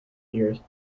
years